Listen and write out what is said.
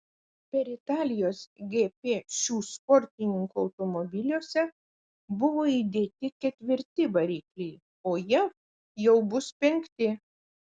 per italijos gp šių sportininkų automobiliuose buvo įdėti ketvirti varikliai o jav jau bus penkti